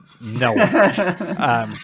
No